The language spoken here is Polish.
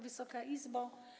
Wysoka Izbo!